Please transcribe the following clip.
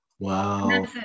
Wow